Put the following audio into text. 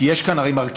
כי הרי יש כאן מרכיב,